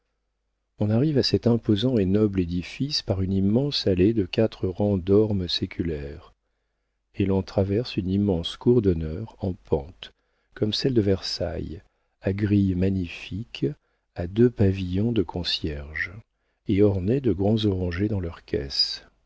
on arrive à cet imposant et noble édifice par une immense allée de quatre rangs d'ormes séculaires et l'on traverse une immense cour d'honneur en pente comme celle de versailles à grilles magnifiques à deux pavillons de concierge et ornée de grands orangers dans leurs caisses